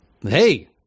hey